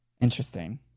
Interesting